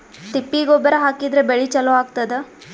ತಿಪ್ಪಿ ಗೊಬ್ಬರ ಹಾಕಿದ್ರ ಬೆಳಿ ಚಲೋ ಆಗತದ?